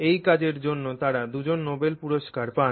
এই কাজের জন্য তারা দুজন নোবেল পুরস্কার পান